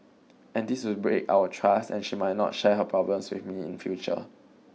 and this would break our trust and she might not share her problems with me in future